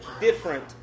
different